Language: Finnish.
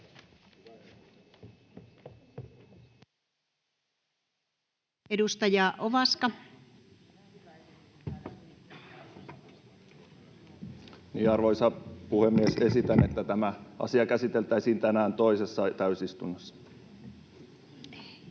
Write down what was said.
Content: Arvoisa puhemies! Esitän, että tämä asia käsiteltäisiin tänään toisessa täysistunnossa. [Speech